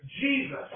jesus